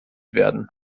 werden